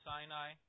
Sinai